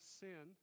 sin